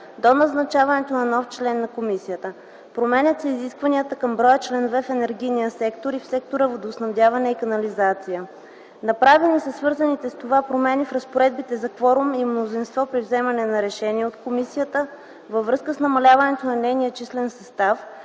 до назначаването на нов член на комисията. Променят се изискванията към броя членове в енергийния сектор и в сектор „Водоснабдяване и канализация”. Направени са свързаните с това промени в разпоредбите за кворум и мнозинство при вземане на решения от комисията във връзка с намаляването на нейния числен състав,